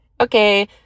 Okay